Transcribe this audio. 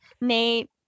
Nate